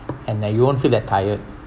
and then you won't feel that tired